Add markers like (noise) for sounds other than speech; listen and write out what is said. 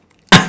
(coughs)